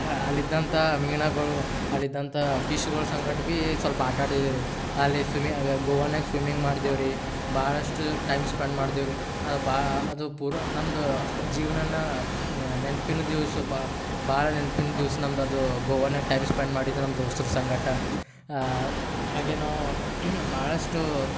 ಅಲ್ಲಿ ಇದ್ದಂಥ ಮೀನುಗಳು ಅಲ್ಲಿ ಇದ್ದಂಥ ಫಿಶ್ಗಳ ಸಂಗಡ ಭೀ ಸ್ವಲ್ಪ ಆಟ ಆಡಿದೆವು ರಿ ಅಲ್ಲಿ ಸ್ವಿಮ್ಮಿ ಗೋವಾನಾಗ ಸ್ವಿಮ್ಮಿಂಗ್ ಮಾಡ್ದೆವು ರಿ ಬಹಳಷ್ಟು ಟೈಮ್ ಸ್ಪೆಂಡ್ ಮಾಡ್ದೆವು ರಿ ಅದು ಬಾ ಅದು ಪೂರಾ ನಮ್ಮದು ಜೀವ್ನದ ನೆನ್ಪಿನ ದಿವಸ ಭಾಳ ನೆನ್ಪಿನ ದಿವಸ ನಮ್ದು ಅದೂ ಗೋವಾನಾಗ ಟೈಮ್ ಸ್ಪೆಂಡ್ ಮಾಡಿದ್ದು ನಮ್ಮ ದೋಸ್ತ್ರ ಸಂಗಡ ಹಾಗೆ ನಾವೂ ಬಹಳಷ್ಟು